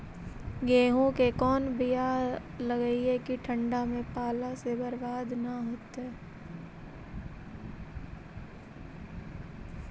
गेहूं के कोन बियाह लगइयै कि ठंडा में पाला से बरबाद न होतै?